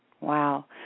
Wow